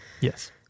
Yes